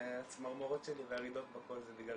-- והצמרמורת והרעידות בקול זה בגלל